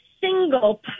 single